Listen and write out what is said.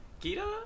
Gita